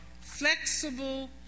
flexible